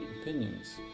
opinions